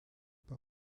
par